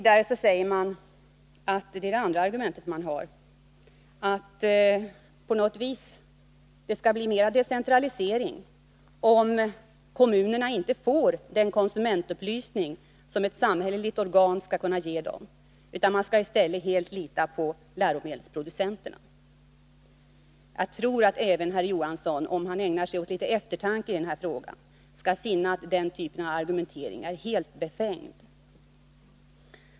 Vidare sägs — och det är det andra argumentet — att det på något vis skall bli mer decentralisering om kommunerna inte får den konsumentupplysning som ett samhälleligt organ skall kunna ge dem. Man skall i stället helt lita på läromedelsproducenterna. Jag tror att även herr Johansson, om han ägnar denna fråga litet eftertanke, skall finna att den typen av argumentering är helt befängd.